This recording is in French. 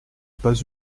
pas